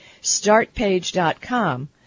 Startpage.com